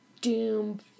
doom